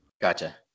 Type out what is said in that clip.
Gotcha